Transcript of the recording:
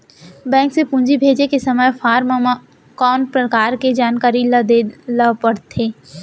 Bank से पूंजी भेजे के समय फॉर्म म कौन परकार के जानकारी ल दे ला पड़थे?